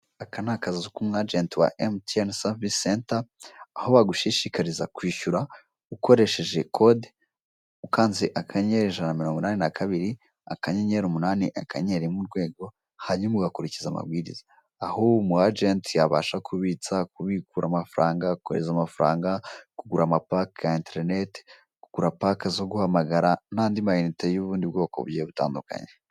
Aka ni akazu k'umwanjeti wa MTN service center, aho bagushishikariza kwishyura ukoresheje kode, ukanze akanyenyeri, ijana na mirongo inani na kabiri, akanyenyeri umunani, akanyenyeri rimwe urwego, hanyuma ugakurikiza amabwiriza, aho umwajenti abasha kubitsa, kubikura amafaranga, kohereza amafaranga, kugura amapaka ya interineti, kugura paka zo guhamagara, n'andi mayinite y'ubundi bwoko butandukanye.